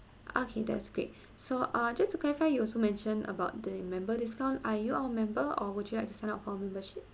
okay that's great so uh just to clarify you also mention about the member discount are you our member or would you like to sign up for membership